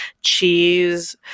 cheese